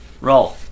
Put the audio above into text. Roll